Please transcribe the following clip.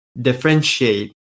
differentiate